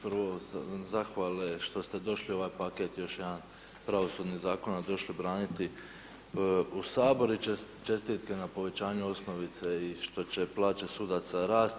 Prvo zahvale što ste došli ovaj paket još jedan pravosudni zakona došli braniti u Sabor i čestitke na povećaju osnovice i što će plaće sudaca rasti.